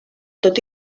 tot